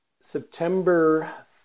September